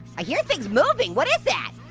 i hear things moving. what is that?